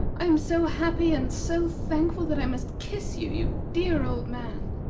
i am so happy and so thankful, that i must kiss you, you dear old man!